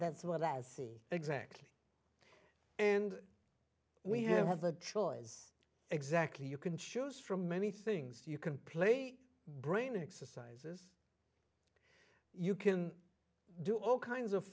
that's what i see exactly and we have the choice exactly you can choose from many things you can play brain exercises you can do all kinds of